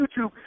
YouTube